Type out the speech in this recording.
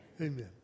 amen